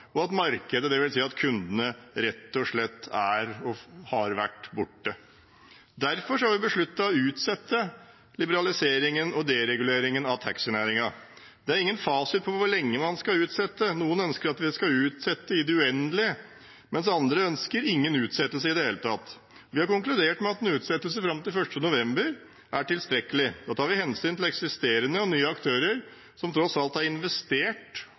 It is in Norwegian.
og markedet, dvs. kundene, rett og slett er og har vært borte. Derfor har vi besluttet å utsette liberaliseringen og dereguleringen av taxinæringen. Det er ingen fasit på hvor lenge man skal utsette. Noen ønsker at vi skal utsette i det uendelige, mens andre ønsker ingen utsettelse i det hele tatt. Vi har konkludert med at en utsettelse fram til 1. november er tilstrekkelig. Da tar vi hensyn til eksisterende og nye aktører, som tross alt har investert,